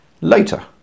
later